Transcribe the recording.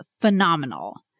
phenomenal